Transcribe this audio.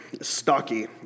stocky